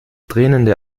tränende